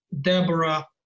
Deborah